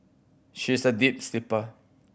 she is a deep sleeper